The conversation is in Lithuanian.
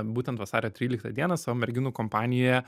būtent vasario tryliktą dieną savo merginų kompanijoje